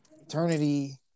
Eternity